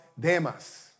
demás